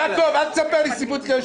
יעקב, אל תספר לי סיפורים כאלה.